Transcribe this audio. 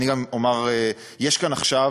ואני גם אומר, יש כאן עכשיו